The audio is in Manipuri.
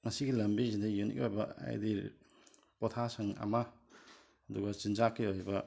ꯃꯁꯤꯒꯤ ꯂꯝꯕꯤꯁꯤꯗ ꯌꯨꯅꯤꯛ ꯑꯣꯏꯕ ꯍꯥꯏꯗꯤ ꯄꯣꯊꯥꯁꯪ ꯑꯃ ꯑꯗꯨꯒ ꯆꯤꯟꯖꯥꯛꯀꯤ ꯑꯣꯏꯕ